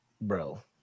bro